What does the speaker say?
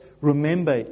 remember